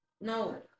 No